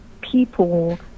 people